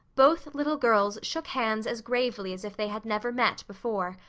both little girls shook hands as gravely as if they had never met before.